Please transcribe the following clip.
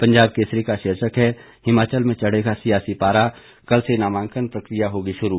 पंजाब केसरी का शीर्षक है हिमाचल में चढ़ेगा सियासी पारा कल से नामांकन प्रक्रिया होगी शुरू